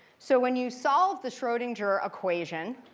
so when you solve the schrodinger equation,